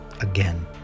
Again